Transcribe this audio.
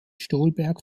stolberg